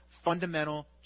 fundamental